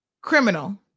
criminal